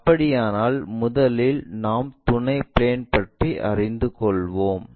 அப்படியானால் முதலில் நாம் துணை பிளேன் பற்றி அறிந்து கொள்வோம்